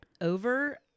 over